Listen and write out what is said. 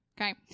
Okay